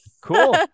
Cool